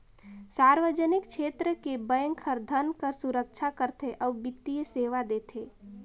सार्वजनिक छेत्र के बेंक हर धन कर सुरक्छा करथे अउ बित्तीय सेवा देथे